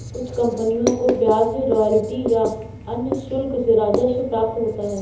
कुछ कंपनियों को ब्याज रॉयल्टी या अन्य शुल्क से राजस्व प्राप्त होता है